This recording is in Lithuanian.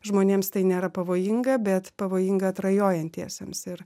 žmonėms tai nėra pavojinga bet pavojinga atrajojantiesiems ir